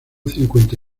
cincuenta